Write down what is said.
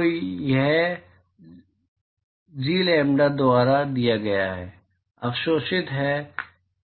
तो यह जी लैम्ब्डा द्वारा दिया गया है अवशोषित है